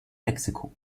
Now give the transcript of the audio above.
mexiko